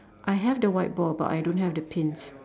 I have the whiteboard but I don't have the pins